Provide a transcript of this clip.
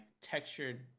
textured